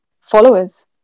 followers